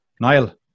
Niall